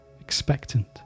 expectant